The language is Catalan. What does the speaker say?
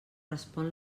respon